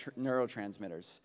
neurotransmitters